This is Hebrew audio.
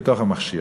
בתוך המכשיר,